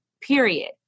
period